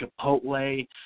Chipotle